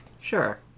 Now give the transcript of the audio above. Sure